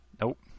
Nope